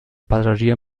passagier